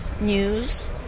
news